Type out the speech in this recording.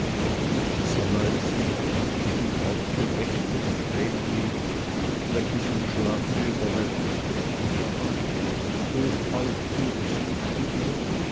diese leisen freundlichen worte weckten vreneli welches vom schlafe überwältigt worden war hochauf fuhr es vom stuhle